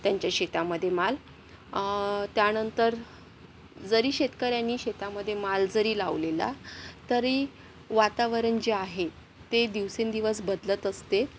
त्यांच्या शेतामध्ये माल त्यानंतर जरी शेतकऱ्यानी शेतामध्ये माल जरी लावलेला तरी वातावरण जे आहे ते दिवसेंदिवस बदलत असते